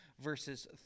Verses